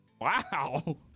Wow